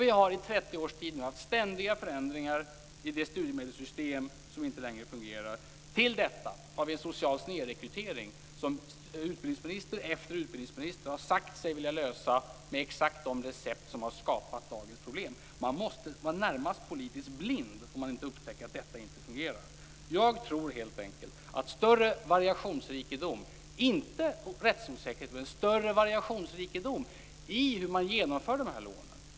I 30 års tid har det skett ständiga förändringar i det studiemedelssystem som inte längre fungerar. Till detta kommer en social snedrekrytering som utbildningsminister efter utbildningsminister har sagt sig vilja lösa med exakt de recept som har skapat dagens problem. Man måste vara närmast politiskt blind om man inte upptäcker att detta inte fungerar. Jag tror helt enkelt på en större variationsrikedom, inte rättsosäkerhet, när det gäller frågan om hur man genomför lånen.